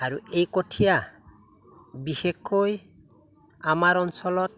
আৰু এই কঠীয়া বিশেষকৈ আমাৰ অঞ্চলত